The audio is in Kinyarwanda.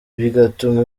bigatuma